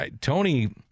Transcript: Tony